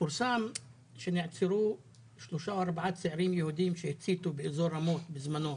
פורסם שנחקרו שלושה או ארבעה צעירים יהודים שהציתו באזור רמות בזמנו.